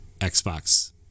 Xbox